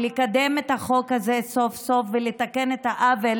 לקדם את החוק הזה סוף-סוף ולתקן את העוול